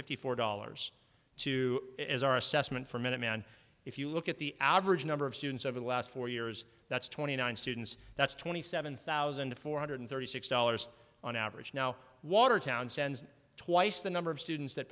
fifty four dollars to as our assessment from a man if you look at the average number of students over the last four years that's twenty nine students that's twenty seven thousand four hundred thirty six dollars on average now watertown sends twice the number of students that